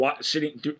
sitting